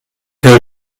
que